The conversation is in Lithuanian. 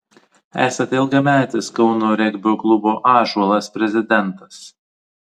esate ilgametis kauno regbio klubo ąžuolas prezidentas